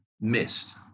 missed